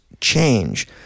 change